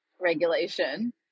regulation